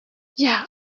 yeah